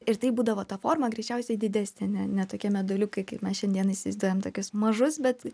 ir tai būdavo ta forma greičiausiai didesnė ne ne tokie meduoliukai kaip mes šiandien įsivaizduojam tokius mažus bet